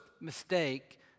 mistake